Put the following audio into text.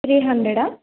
three హండ్రెడా